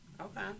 Okay